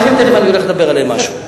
אברכים, אני תיכף הולך לדבר עליהם משהו.